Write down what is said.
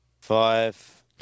Five